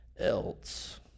else